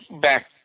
back